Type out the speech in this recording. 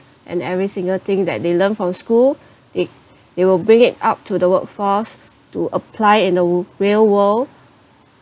and every single thing that they learn from school they they will bring it up to the workforce to apply in the real world